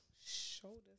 Shoulders